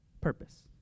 purpose